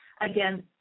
again